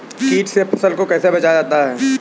कीट से फसल को कैसे बचाया जाता हैं?